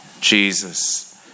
Jesus